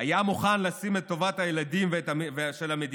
היה מוכן לשים את טובת הילדים של המדינה